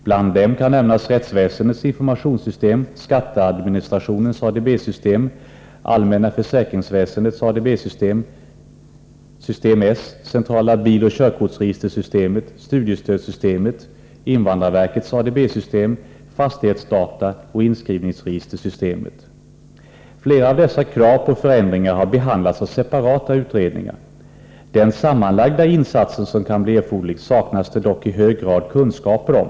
Bland dem kan nämnas rättsväsendets informationssystem, skatteadministrationens ADB-system, allmänna försäkringsväsendets ADB-system, system S, centrala biloch körkortsregistersystemet, studiestödssystemet, invandrarverkets ADB-system, fastighetsdata och inskrivningsregistersystemet. Flera av dessa krav på förändringar har behandlats av separata utredningar. Den sammanlagda insats som kan bli erforderlig saknas det dock i hög grad kunskaper om.